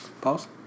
Pause